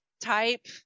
type